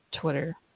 Twitter